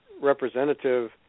representative